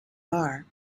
are